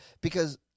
Because-